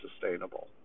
sustainable